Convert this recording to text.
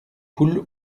poules